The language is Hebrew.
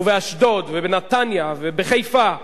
באשדוד ובנתניה ובחיפה,